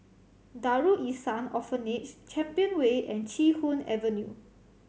Darul Ihsan Orphanage Champion Way and Chee Hoon Avenue